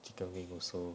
chicken wing also